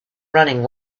running